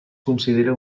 considera